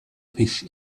fish